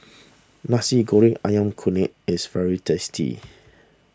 Nasi Goreng Ayam Kunyit is very tasty